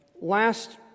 last